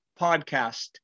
podcast